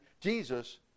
Jesus